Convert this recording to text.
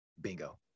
Bingo